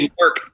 work